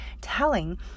telling